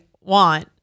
want